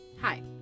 Hi